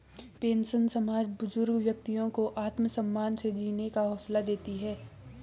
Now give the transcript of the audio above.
pension समाज के बुजुर्ग व्यक्तियों को आत्मसम्मान से जीने का हौसला देती है